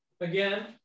again